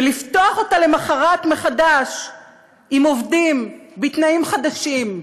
ולפתוח אותה למחרת מחדש עם עובדים בתנאים חדשים?